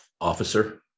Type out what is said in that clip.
officer